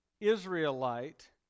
Israelite